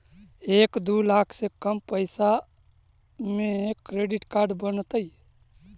एक दू लाख से कम पैसा में क्रेडिट कार्ड बनतैय?